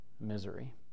misery